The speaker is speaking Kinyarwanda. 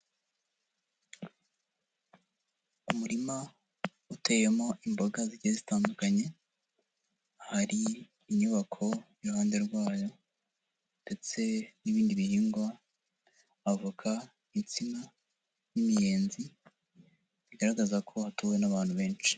Umurima uteyemo imboga zigiye zitandukanye. Hari inyubako iruhande rwayo ndetse n'ibindi bihingwa avoka, insina, n'imiyenzi bigaragaza ko hatuwe n'abantu benshi.